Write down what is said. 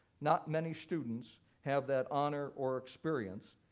not many students have that honor or experience.